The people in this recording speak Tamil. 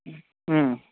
ம்